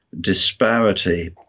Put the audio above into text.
disparity